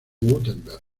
wurtemberg